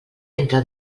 entre